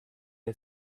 had